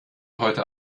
heute